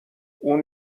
اون